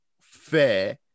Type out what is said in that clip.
fair